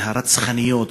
וגם הרצחניות,